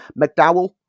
McDowell